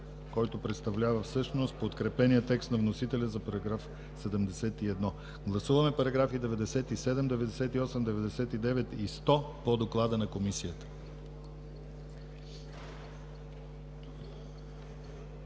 който представлява всъщност подкрепеният текст на вносителя за § 71. Гласуваме § 97, 98, 99 и 100 по Доклада на Комисията.